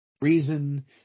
Reason